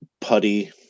Putty